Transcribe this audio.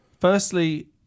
firstly